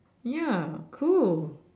ya cool